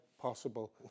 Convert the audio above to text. possible